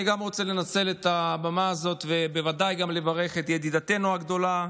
אני גם רוצה לנצל את הבמה הזאת ובוודאי גם לברך את ידידתנו הגדולה,